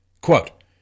Quote